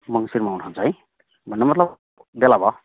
मङ्सिरमा उठाउँछ है भन्नुको मतलब बेला भयो